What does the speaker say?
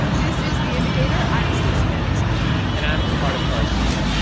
this is the indicator. i am stacey vanek smith and i'm cardiff garcia.